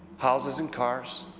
houses and cars.